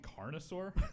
Carnosaur